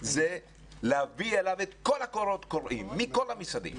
זה להביא אליו את כל הקולות הקוראים מכל המשרדים,